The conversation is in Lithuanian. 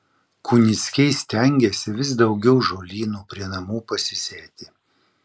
kunickiai stengiasi vis daugiau žolynų prie namų pasisėti